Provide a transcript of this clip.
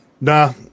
Nah